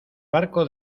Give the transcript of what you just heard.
barco